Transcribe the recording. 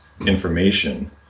information